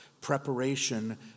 preparation